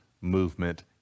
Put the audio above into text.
movement